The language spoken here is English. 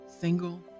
single